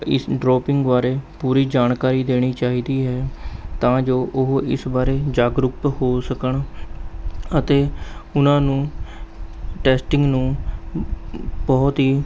ਇਸ ਡਰੋਪਿੰਗ ਬਾਰੇ ਪੂਰੀ ਜਾਣਕਾਰੀ ਦੇਣੀ ਚਾਹੀਦੀ ਹੈ ਤਾਂ ਜੋ ਉਹ ਇਸ ਬਾਰੇ ਜਾਗਰੂਕ ਹੋ ਸਕਣ ਅਤੇ ਉਹਨਾਂ ਨੂੰ ਟੈਸਟਿੰਗ ਨੂੰ ਬਹੁਤ ਹੀ